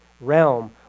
realm